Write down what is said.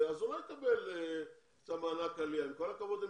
הוא לא יקבל את מענק העלייה אלא הוא